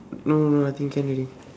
no no I think can already